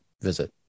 visit